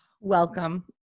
welcome